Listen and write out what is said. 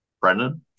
Brendan